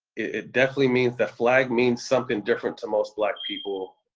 it definitely means, the flag means something different to most black people.